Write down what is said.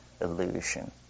illusion